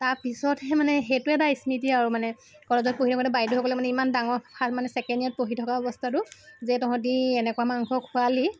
তাৰপিছতহে মানে সেইটো এটা স্মৃতি আৰু মানে কলেজত পঢ়ি থাকোঁতে বাইদেউসকলে মানে ইমান ডাঙৰ মানে ছেকেণ্ড ইয়াৰত পঢ়ি থকা অৱস্থাতো যে তহঁতি এনেকুৱা মাংস খুৱালি